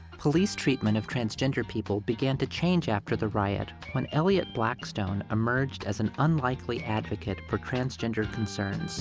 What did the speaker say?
police treatment of transgender people began to change after the riot when elliot blackstone emerged as an unlikely advocate for transgender concerns